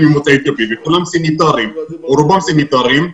ממוצא אתיופי וכולם סניטרים או רובם סניטרים,